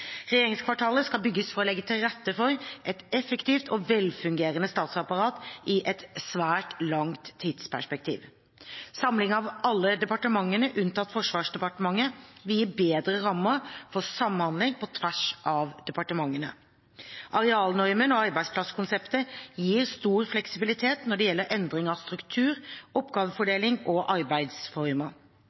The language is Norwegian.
Regjeringskvartalet skal bygges for å legge til rette for et effektivt og velfungerende statsapparat i et svært langt tidsperspektiv. Samling av alle departementene unntatt Forsvarsdepartementet vil gi bedre rammer for samhandling på tvers av departementene. Arealnormen og arbeidsplasskonseptet gir stor fleksibilitet når det gjelder endring av struktur, oppgavefordeling og arbeidsformer.